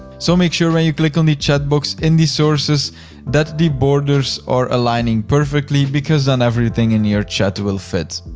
so make sure when you click on the chat box in the sources that the borders are aligning perfectly because then everything in your chat will fit.